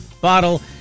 bottle